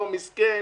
לא מסכן,